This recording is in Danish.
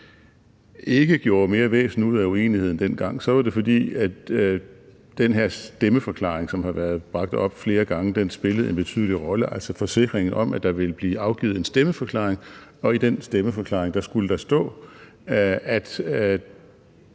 ikke gjorde mere væsen ud af uenigheden dengang, var det, fordi den her stemmeforklaring, som har været bragt op flere gange, spillede en betydelig rolle. Det var forsikringen om, at der ville blive afgivet en stemmeforklaring, og at der i den stemmeforklaring skulle stå, at